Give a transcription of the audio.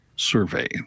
Survey